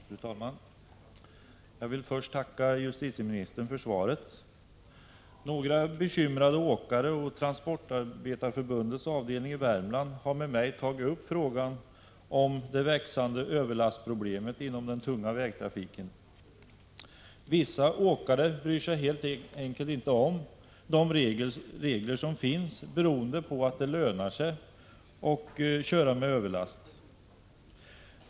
Fru talman! Jag vill först tacka justitieministern för svaret. Några bekymrade åkare och Transportarbetareförbundets avdelning i Värmland har med mig tagit upp frågan om det växande överlastproblemet inom den tunga vägtrafiken. Vissa åkare bryr sig helt enkelt inte om de regler som finns, beroende på att det lönar sig att köra med överlast.